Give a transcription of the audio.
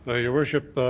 ah your worship,